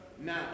now